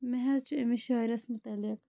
مےٚ حظ چھِ أمِس شٲعرَس متعلق